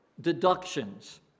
deductions